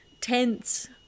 tense